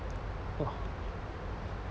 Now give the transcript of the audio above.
!wah!